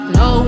no